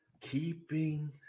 keeping